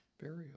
burial